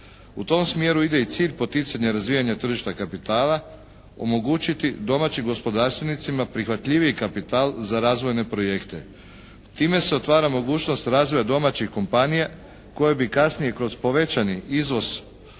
U tom smjeru ide i cilj poticanja tržišta kapitala omogućiti domaćim gospodarstvenicima prihvatljiviji kapital za razvojne projekte. Time se otvara mogućnost razvoja domaćih kompanija koje bi kasnije kroz povećani izvoz